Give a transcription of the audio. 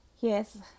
yes